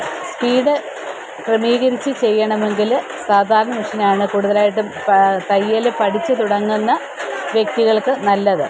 speed ക്രമീകരിച്ച് ചെയ്യണമെങ്കില് സാധാരണ മിഷിനാണ് കൂടുതലായിട്ടും തയ്യൽ പഠിച്ചു തുടങ്ങുന്ന വ്യക്തികൾക്ക് നല്ലത്